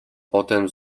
potem